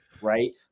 right